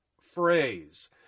phrase